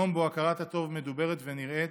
יום שבו הכרת הטוב מדוברת ונראית,